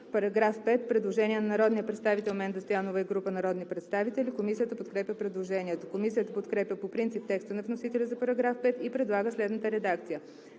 По § 5 има предложение на народния представител Менда Стоянова и група народни представители. Комисията подкрепя предложението. Комисията подкрепя по принцип текста на вносителя за § 5 и предлага следната редакция: